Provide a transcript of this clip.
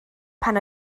pan